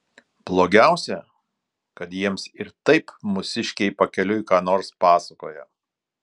blogiausia kad jiems ir taip mūsiškiai pakeliui ką nors pasakoja